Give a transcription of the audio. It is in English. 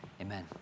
Amen